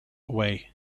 away